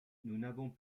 n’avons